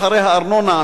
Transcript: אחרי הארנונה,